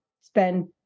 spend